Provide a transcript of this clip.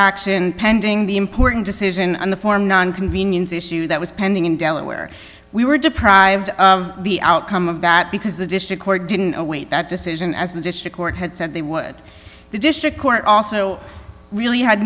action pending the important decision on the form nine convenience issue that was pending in delaware we were deprived of the outcome of the because the district court didn't await that decision as the court had said they would the district court also really had